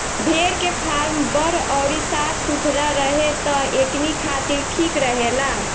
भेड़ के फार्म बड़ अउरी साफ सुथरा रहे त एकनी खातिर ठीक रहेला